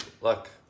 Look